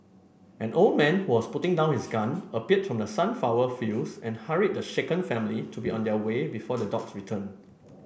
an old man who was putting down his gun appeared from the sunflower fields and hurried the shaken family to be on their way before the dogs return